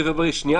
העניין